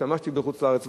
לא השתמשתי בחוץ-לארץ,